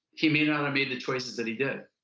he may not have made the choices that he did.